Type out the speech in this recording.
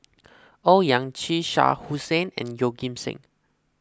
Owyang Chi Shah Hussain and Yeoh Ghim Seng